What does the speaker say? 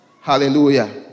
Hallelujah